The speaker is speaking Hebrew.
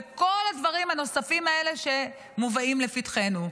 בכל הדברים הנוספים האלה שמובאים לפתחנו.